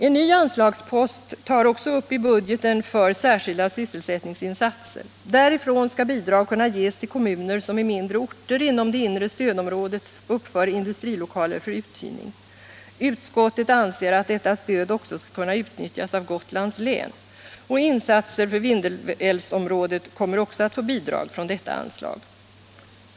En ny anslagspost tas upp i budgeten för särskilda sysselsättningsinsatser. Därifrån skall bidrag kunna ges till kommuner som i mindre orter inom det inre stödområdet uppför industrilokaler för uthyrning. Utskottet anser att detta stöd också skall kunna utnyttjas av Gotlands län. Insatser för Vindelälvsområdet kommer också att få bidrag från detta anslag.